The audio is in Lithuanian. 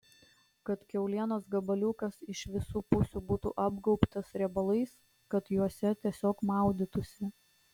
kad kiaulienos gabaliukas iš visų pusių būtų apgaubtas riebalais kad juose tiesiog maudytųsi